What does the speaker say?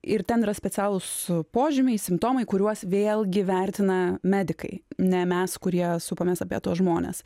ir ten yra specialūs požymiai simptomai kuriuos vėlgi vertina medikai ne mes kurie supamės apie tuos žmones